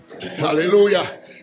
hallelujah